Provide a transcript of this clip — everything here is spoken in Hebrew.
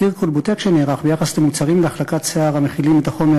תחקיר "כלבוטק" שנערך ביחס למוצרים להחלקת שיער המכילים את החומר